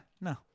no